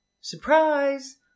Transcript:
Surprise